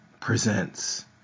presents